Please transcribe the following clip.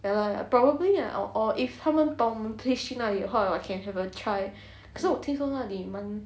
ya lah ya probably ah or if 他们把我推去那里的话 can have a try 可是我听说那里蛮